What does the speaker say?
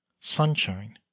Sunshine